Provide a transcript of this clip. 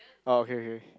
orh okay okay